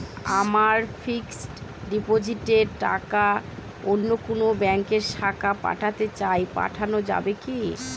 আমার ফিক্সট ডিপোজিটের টাকাটা অন্য কোন ব্যঙ্কের শাখায় পাঠাতে চাই পাঠানো যাবে কি?